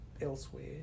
elsewhere